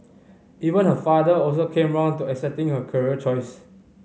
even her father also came round to accepting her career choice